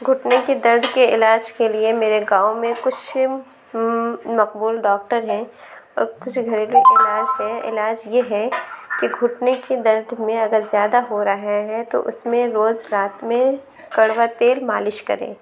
گھٹنے کے درد كے علاج كے لیے میرے گاؤں میں كچھ مقبول ڈاكٹر ہیں کچھ گھریلو علاج ہیں علاج یہ ہے کہ گھٹنے کے درد میں اگر زیادہ ہو رہا ہے تو اس میں روز رات میں کڑوا تیل مالش کریں